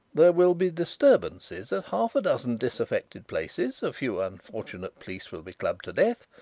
there will be disturbances at half-a-dozen disaffected places, a few unfortunate police will be clubbed to death,